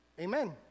Amen